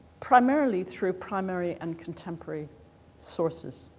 primarily through primary and contemporary sources.